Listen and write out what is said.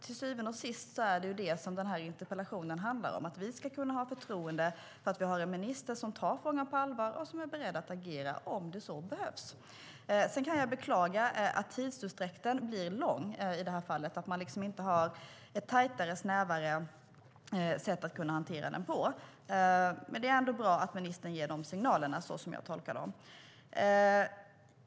Till syvende och sist handlar ju denna interpellationsdebatt om att vi ska kunna känna förtroende för att ministern tar denna fråga på allvar och är beredd att agera om så behövs. Jag kan beklaga tidsutdräkten och att man inte har ett tajtare och snävare sätt att hantera detta på, men det är trots allt bra att ministern ger dessa signaler.